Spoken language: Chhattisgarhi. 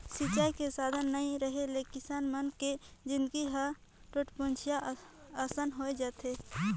सिंचई के साधन नइ रेहे ले किसान मन के जिनगी ह टूटपुंजिहा असन होए जाथे